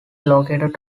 located